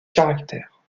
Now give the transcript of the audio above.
caractère